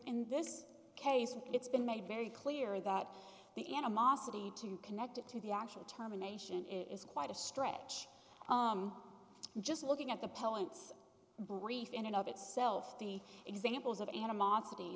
in this case it's been made very clear that the animosity too connected to the actual tama nation is quite a stretch just looking at the poet's brief in and of itself the examples of animosity